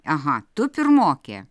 aha tu pirmokė